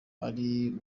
ari